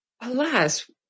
Alas